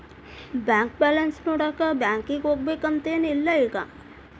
bank balance ನೋಡಾಕ ಬ್ಯಾಂಕಿಗೆ ಹೋಗ್ಬೇಕಂತೆನ್ ಇಲ್ಲ ಈಗ